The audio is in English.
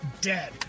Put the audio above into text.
dead